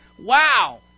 Wow